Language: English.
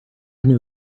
new